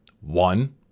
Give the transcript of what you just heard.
One